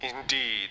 Indeed